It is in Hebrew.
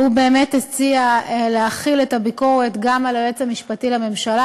והוא באמת הציע להחיל את הביקורת גם על היועץ המשפטי לממשלה,